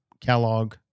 Kellogg